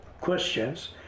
questions